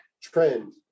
trend